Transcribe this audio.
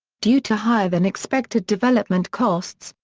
due to higher than expected development costs,